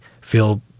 feel